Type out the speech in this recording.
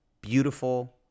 beautiful